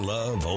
Love